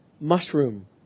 mushroom